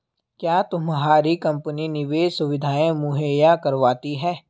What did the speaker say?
क्या तुम्हारी कंपनी निवेश सुविधायें मुहैया करवाती है?